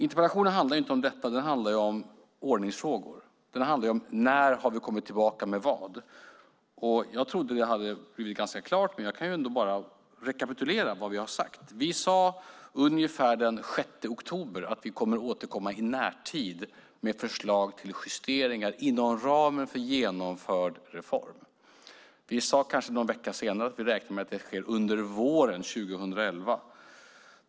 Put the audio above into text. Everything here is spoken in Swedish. Interpellationen handlar inte om detta; den handlar om ordningsfrågor. Den handlar om: När har vi kommit tillbaka med vad? Jag trodde att det hade blivit ganska klart. Men jag kan rekapitulera vad vi har sagt. Vi sade ungefär den 6 oktober att vi kommer att återkomma i närtid med förslag till justeringar inom ramen för genomförd reform. Vi sade kanske någon vecka senare att vi räknar med att det sker under våren 2011.